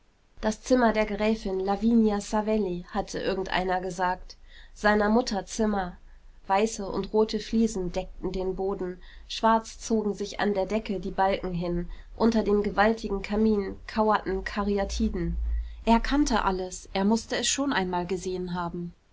das zimmer der gräfin lavinia savelli hatte irgendeiner gesagt seiner mutter zimmer weiße und rote fliesen deckten den boden schwarz zogen sich an der decke die balken hin unter dem gewaltigen kamin kauerten karyatiden er kannte alles er mußte es schon einmal gesehen haben